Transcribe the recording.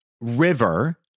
River